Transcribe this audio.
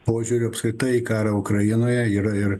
požiūriu apskritai į karą ukrainoje yra ir